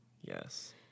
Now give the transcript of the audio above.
yes